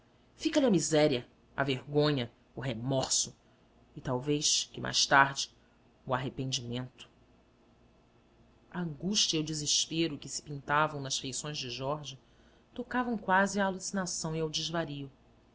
fica lhe a miséria a vergonha o remorso e talvez que mais tarde o arrependimento a angústia e o desespero que se pintavam nas feições de jorge tocavam quase à alucinação e ao desvario